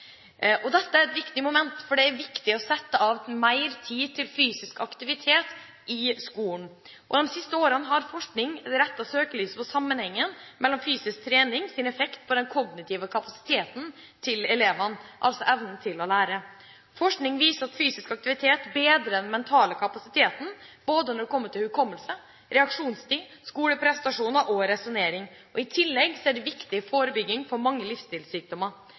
Dette er et viktig moment, for det er viktig å sette av mer tid til fysisk aktivitet i skolen. De siste årene har forskningen rettet søkelyset på den fysiske treningens effekt på den kognitive kapasiteten til elevene, altså evnen til å lære. Forskning viser at fysisk aktivitet bedrer den mentale kapasiteten både når det gjelder hukommelse, reaksjonstid, skoleprestasjoner og resonering. I tillegg er det viktig forebygging for mange